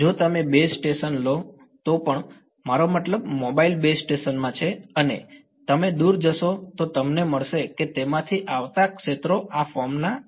જો તમે base station લો તો પણ મારો મતલબ મોબાઈલ બેઝ સ્ટેશનમાં છે અને તમે દૂર જશો તો તમને મળશે કે તેમાંથી આવતા ક્ષેત્રો આ ફોર્મના છે